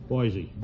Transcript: Boise